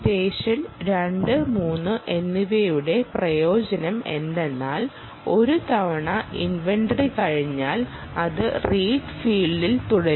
station 2 3 എന്നിവയുടെ പ്രയോജനം എന്തെന്നാൽ ഒരു തവണ ഇൻവെന്ററി കഴിഞ്ഞാൽ അത് റീഡ് ഫീൽഡിൽ തുടരും